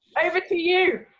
over to you.